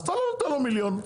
אז אתה לא נותן לו מיליון ₪,